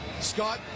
Scott